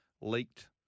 leaked